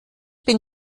bin